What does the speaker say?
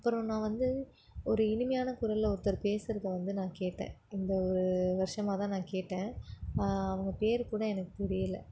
அப்புறம் நான் வந்து ஒரு இனிமையான குரலில் ஒருத்தர் பேசுகிறது வந்து நான் கேட்டேன் இந்த ஒரு வருடமாதான் நான் கேட்டேன் அவங்க பேர்கூட எனக்குப் புரியலை